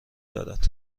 دارد